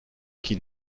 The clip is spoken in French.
qui